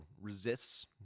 resists